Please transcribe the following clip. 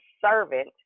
servant